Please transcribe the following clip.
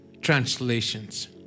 translations